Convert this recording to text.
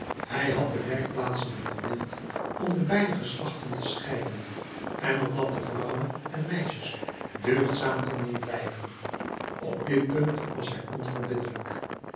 hij had de werkplaatsen verdeeld om de beide geslachten te scheiden en opdat de vrouwen en meisjes deugdzaam konden blijven op dit punt was hij onverbiddelijk